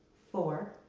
four.